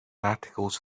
articles